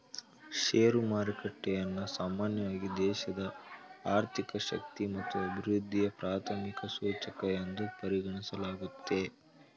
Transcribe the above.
share ಮಾರುಕಟ್ಟೆಯನ್ನ ಸಾಮಾನ್ಯವಾಗಿ ದೇಶದ ಆರ್ಥಿಕ ಶಕ್ತಿ ಮತ್ತು ಅಭಿವೃದ್ಧಿಯ ಪ್ರಾಥಮಿಕ ಸೂಚಕ ಎಂದು ಪರಿಗಣಿಸಲಾಗುತ್ತೆ